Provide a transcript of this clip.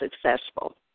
successful